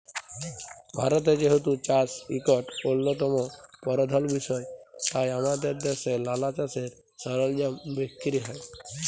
ভারতে যেহেতু চাষ ইকট অল্যতম পরধাল বিষয় তাই আমাদের দ্যাশে লালা চাষের সরলজাম বিক্কিরি হ্যয়